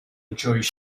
enjoys